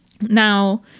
now